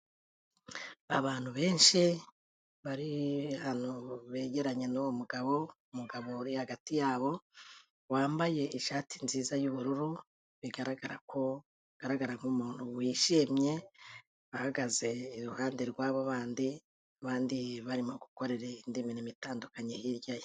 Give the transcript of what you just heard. Abantu benshi bari hano begeranye n'uwo mugabo, umugabo uri hagati yabo, wambaye ishati nziza y'ubururu, bigaragara ko agaragara nk'umuntu wishimye, ahagaze iruhande rwabo bandi, abandi barimo gukorera indi mirimo itandukanye hirya ye.